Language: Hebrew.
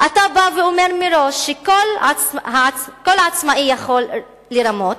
"אתה בא ואומר מראש שכל עצמאי יכול לרמות